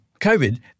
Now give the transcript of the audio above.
COVID